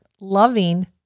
Loving